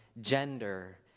gender